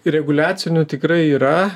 reguliacinių tikrai yra